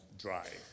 drive